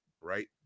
right